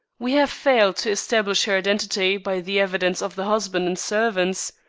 we have failed to establish her identity by the evidence of the husband and servants.